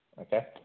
Okay